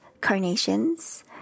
Carnations